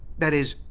that is,